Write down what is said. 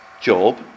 job